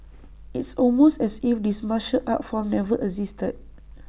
it's almost as if this martial art form never existed